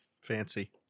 Fancy